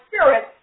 spirit